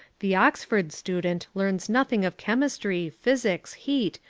the oxford student learns nothing of chemistry, physics, heat,